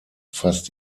fast